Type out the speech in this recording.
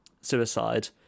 suicide